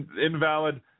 invalid